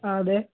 ആ അതെ